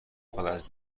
خواد، از